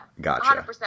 Gotcha